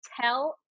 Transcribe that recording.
tell